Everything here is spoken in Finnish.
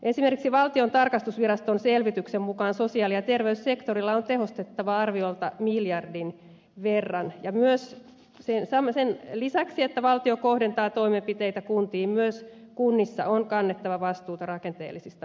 esimerkiksi valtiontalouden tarkastusviraston selvityksen mukaan sosiaali ja terveyssektorilla on tehostettavaa arviolta miljardin verran ja sen lisäksi että valtio kohdentaa toimenpiteitä kuntiin myös kunnissa on kannettava vastuuta rakenteellisista uudistuksista